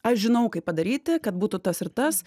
aš žinau kaip padaryti kad būtų tas ir tas